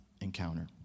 encounter